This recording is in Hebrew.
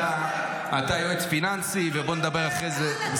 אתה יועץ פיננסי, ובוא נדבר אחרי זה.